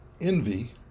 envy